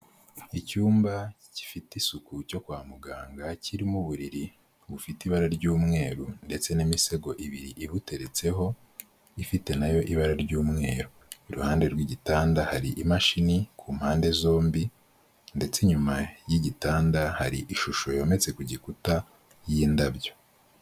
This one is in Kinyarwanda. Icyumba gifite isuku cyo kwa muganga, kirimo uburiri bufite ibara ry'umweru ndetse n'imisego ibiri ibuteretseho, ifite na yo ibara ry'umweru. Iruhande rw'igitanda hari imashini ku mpande zombi ndetse inyuma y'igitanda hari ishusho yometse ku gikuta y'indabyo.